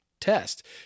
test